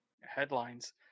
headlines